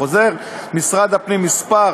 בחוזר משרד הפנים מס'